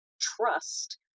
trust